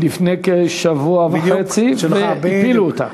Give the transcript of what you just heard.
לפני כשבוע וחצי והפילו אותה.